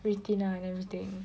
retina and everything